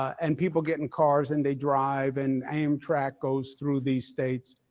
and people get in cars and they drive and amtrak goes through these states,